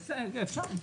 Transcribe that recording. אפשר.